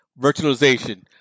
virtualization